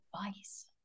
advice